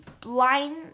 blind